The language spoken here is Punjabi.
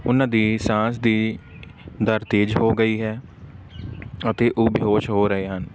ਉਹਨਾਂ ਦੀ ਸਾਂਸ ਦੀ ਦਰ ਤੇਜ਼ ਹੋ ਗਈ ਹੈ ਅਤੇ ਉਹ ਬੇਹੋਸ਼ ਹੋ ਰਹੇ ਹਨ